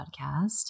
Podcast